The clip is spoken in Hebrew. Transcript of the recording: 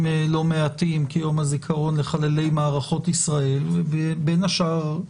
לא מעטים כיום הזיכרון לחללי מערכות ישראל ובין השאר,